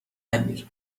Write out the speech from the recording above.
نگیر